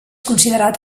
considerat